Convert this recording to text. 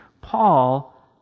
Paul